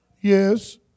Yes